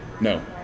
No